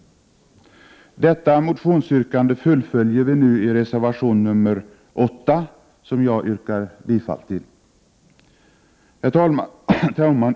Detta motionsyrkande fullföljer vi nu i reservation nr 8, som jag yrkar bifall till. Herr talman!